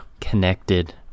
connected